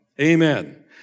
amen